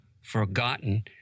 forgotten